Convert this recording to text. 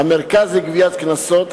המרכז לגביית קנסות,